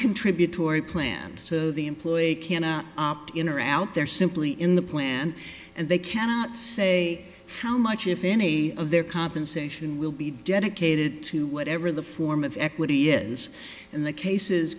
noncontributory plans so the employee cannot opt in or out there simply in the plan and they cannot say how much if any of their compensation will be dedicated to whatever the form of equity is in the case